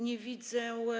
Nie widzę.